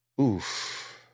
oof